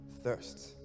thirst